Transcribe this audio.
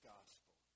Gospel